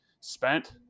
spent